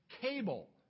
cable